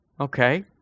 Okay